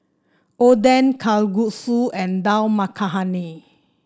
Oden Kalguksu and Dal Makhani